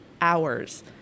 hours